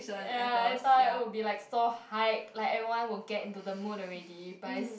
ya I thought I would be like so hype like everyone will get into the mood already but is